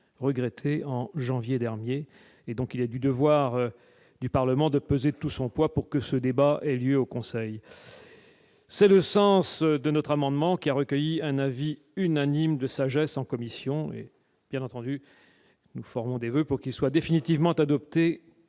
regretté en janvier dernier, et donc il est du devoir du Parlement de peser de tout son poids pour que ce débat est lié au conseil. C'est le sens de notre amendement qui a recueilli un avis unanime de sagesse en commission et bien entendu, nous formons des voeux pour qu'il soit définitivement adopté